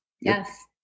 Yes